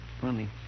Funny